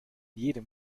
jedem